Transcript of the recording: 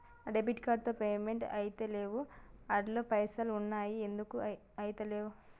నా debit card తో payment ఐతలేవ్ అండ్ల పైసల్ ఉన్నయి ఎందుకు ఐతలేవ్?